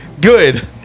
good